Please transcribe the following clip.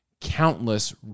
countless